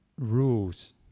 rules